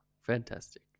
Fantastic